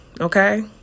okay